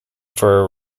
fur